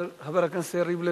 חבר הכנסת יריב לוין,